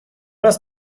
است